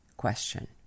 question